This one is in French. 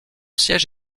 siège